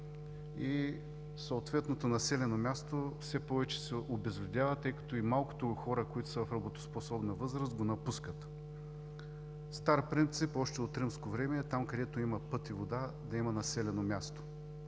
и съответното населено място все повече се обезлюдява, тъй като и малкото хора, които са в работоспособна възраст, го напускат. Стар принцип още от римско време е там, където има път и вода, да има населено място.